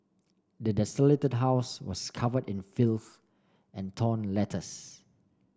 the desolated house was covered in filth and torn letters